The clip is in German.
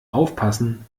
aufpassen